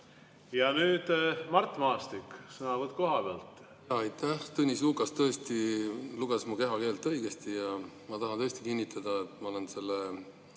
Ja nüüd Mart Maastik, sõnavõtt koha pealt. Aitäh! Tõnis Lukas tõesti luges mu kehakeelt õigesti ja ma tahan kinnitada, et ma olen selle